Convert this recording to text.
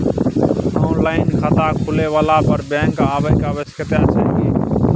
Online खाता खुलवैला पर बैंक आबै के आवश्यकता छै की?